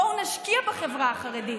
בואו נשקיע בחברה החרדית.